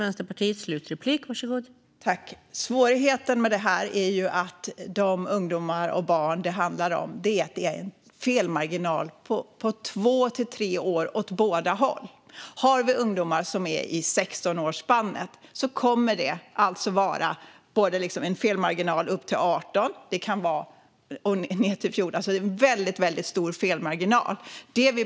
Fru talman! Svårigheten med detta är att det finns en felmarginal på två till tre år åt båda hållen för de ungdomar och barn det handlar om. För ungdomar som är i 16-årsspannet kommer det alltså att vara en felmarginal upp till 18 eller ned till 14. Det är alltså en väldigt stor felmarginal.